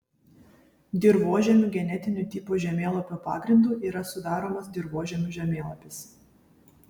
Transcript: dirvožemių genetinių tipų žemėlapio pagrindu yra sudaromas dirvožemių žemėlapis